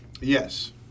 Yes